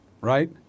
right